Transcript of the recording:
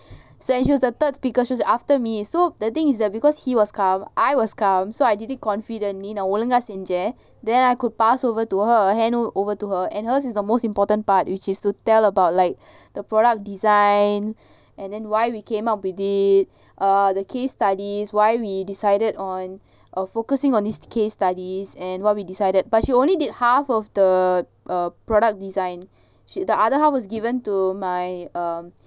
so when she was the third speaker she was after me so the thing is that because he was calm I was calm so I did it confidently நான்ஒழுங்காசெஞ்சேன்:nan olunga senjen then I could pass over to her hand over to her and hers is the most important part which is to tell about like the product design and then why we came up with it err the case studies why we decided on err focusing on this case study and what we decided but she only did half of the err product design the other half was given to my um